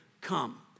come